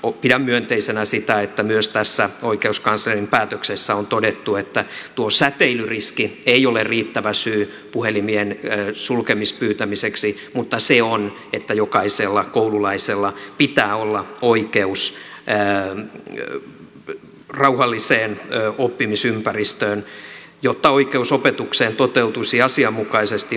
pidän myönteisenä sitä että myös tässä oikeuskanslerin päätöksessä on todettu että tuo säteilyriski ei ole riittävä syy puhelimien sulkemisen pyytämiseksi mutta se on että jokaisella koululaisella pitää olla oikeus rauhalliseen oppimisympäristöön jotta oikeus opetukseen toteutuisi asianmukaisesti